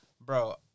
bro